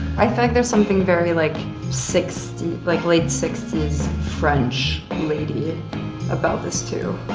i think there's something very like sixties, like late sixties french lady about this too.